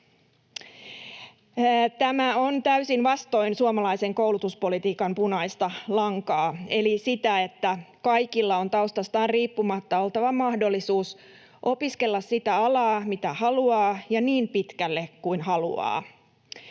Tämä on täysin vastoin suomalaisen koulutuspolitiikan punaista lankaa eli sitä, että kaikilla on taustastaan riippumatta oltava mahdollisuus opiskella sitä alaa, mitä haluaa, ja niin pitkälle kuin haluaa.